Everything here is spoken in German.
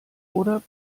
oder